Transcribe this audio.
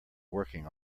working